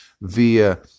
via